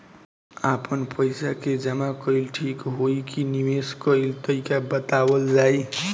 आपन पइसा के जमा कइल ठीक होई की निवेस कइल तइका बतावल जाई?